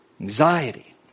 anxiety